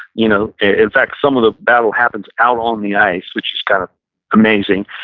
you know in fact, some of the battle happens out on the ice which is kind of amazing.